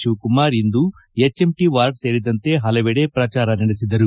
ಶಿವಕುಮಾರ್ ಇಂದು HMT ward ಸೇರಿದಂತೆ ಹಲವೆಡೆ ಪ್ರಚಾರ ನಡೆಸಿದರು